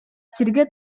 сиргэ